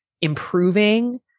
improving